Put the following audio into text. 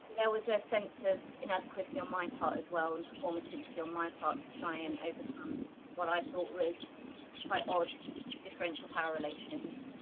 there was a sense of inadequacy on my part as well and performativity on my part to try and overcome what i thought was quite odd differential power relations.